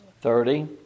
thirty